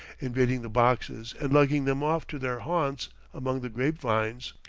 invading the boxes and lugging them off to their haunts among the grape-vines.